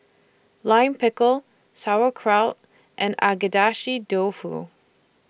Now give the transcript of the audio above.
Lime Pickle Sauerkraut and Agedashi Dofu